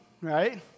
right